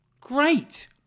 great